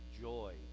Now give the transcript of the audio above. joy